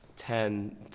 ten